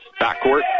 backcourt